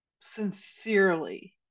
sincerely